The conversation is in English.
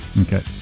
Okay